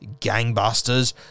gangbusters